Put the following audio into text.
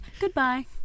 goodbye